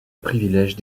privilèges